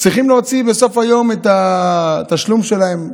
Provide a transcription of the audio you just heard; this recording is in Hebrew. צריכים להוציא בסוף היום את התשלום שלהם.